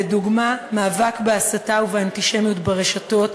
לדוגמה מאבק בהסתה ובאנטישמיות ברשתות,